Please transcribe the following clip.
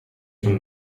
from